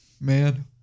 Man